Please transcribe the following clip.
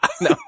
No